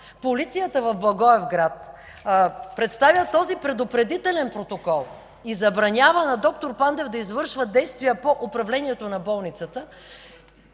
полицията в Благоевград представя този предупредителен протокол и забранява на д-р Пандев да извършва действия по управлението на болницата,